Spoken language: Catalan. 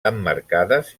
emmarcades